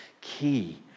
key